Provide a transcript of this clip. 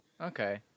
Okay